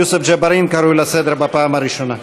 יוסף ג'בארין קרוי לסדר בפעם הראשונה.